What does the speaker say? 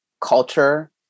culture